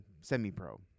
semi-pro